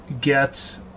get